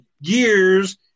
years